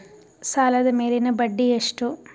ಸಾಲದ ಮೇಲಿನ ಬಡ್ಡಿ ಎಷ್ಟು?